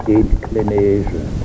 inclination